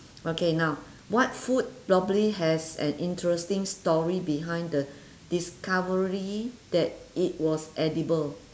okay now what food probably has an interesting story behind the discovery that it was edible